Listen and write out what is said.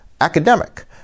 academic